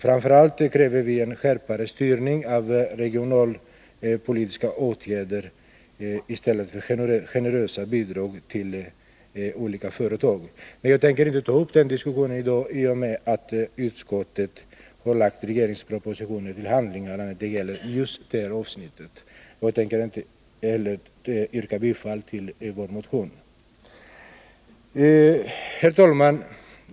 Framför allt kräver vi en hårdare styrning av de regionalpolitiska åtgärderna i stället för generösa bidrag till olika företag. Eftersom utskottet när det gäller just det här avsnittet har lagt propositionen till handlingarna, tänker jag inte ta upp någon diskussion. Jag kommer inte heller att yrka bifall till vår motion. Herr talman!